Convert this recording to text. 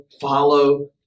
follow